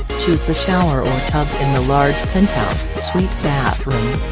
choose the shower or tub in the large penthouse suite bathroom.